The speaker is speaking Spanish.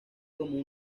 como